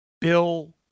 Bill